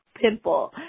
pimple